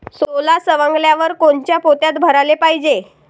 सोला सवंगल्यावर कोनच्या पोत्यात भराले पायजे?